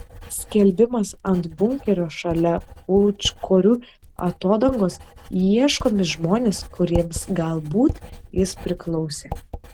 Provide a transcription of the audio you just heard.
skelbimas ant bunkerio šalia pūčkorių atodangos ieškomi žmonės kuriems galbūt jis priklausė